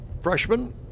Freshman